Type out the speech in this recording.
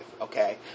okay